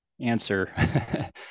answer